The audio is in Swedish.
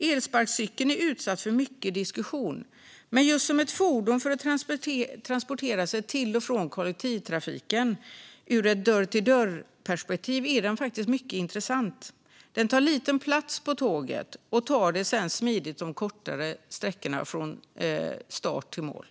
Elsparkcykeln är utsatt för mycket diskussion, men just som ett fordon för att transportera sig till och från kollektivtrafiken är den mycket intressant ur ett dörr-till-dörr-perspektiv. Den tar liten plats på tåget och tar dig sedan smidigt de kortare sträckorna från start till mål.